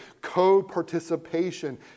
co-participation